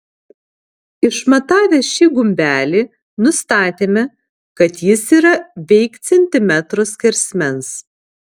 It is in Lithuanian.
išmatavę šį gumbelį nustatėme kad jis yra veik centimetro skersmens